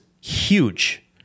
huge